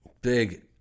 Big